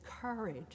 courage